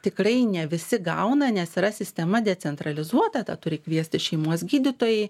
tikrai ne visi gauna nes yra sistema decentralizuota tą turi kviesti šeimos gydytojai